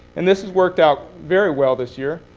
and this has worked out very well this year.